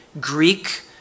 Greek